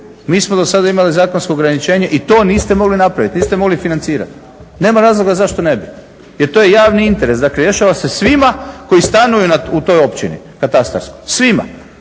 Mi smo do sada imali zakonsko ograničenje i to niste mogli napraviti niste mogli financirati. Nema razloga zašto ne bi jer to je javni interes. Dakle, rješava se svima koji stanuju u toj općini katastarskoj, svima.